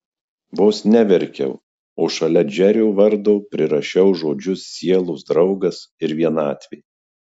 vos neverkiau o šalia džerio vardo prirašiau žodžius sielos draugas ir vienatvė